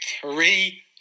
three